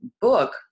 book